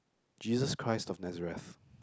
Jesus-Christ of Nazareth